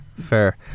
fair